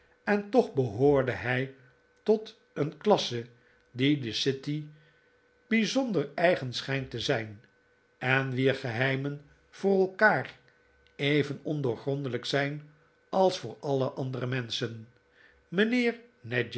en toch behoorde hij tot een klasse die de city bijzonder eigen schijnt te zijn en wier geheimen voor elkaar even ondoorgrondelijk zijn als voor alle andere menschen mijnheer